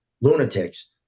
lunatics